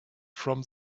from